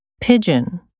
pigeon